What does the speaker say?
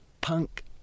punk